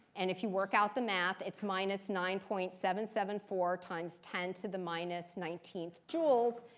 and if you work out the math, it's minus nine point seven seven four times ten to the minus nineteenth joules,